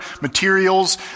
materials